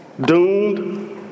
doomed